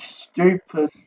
stupid